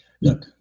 look